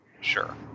Sure